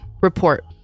report